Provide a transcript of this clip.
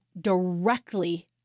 directly